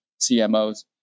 CMOs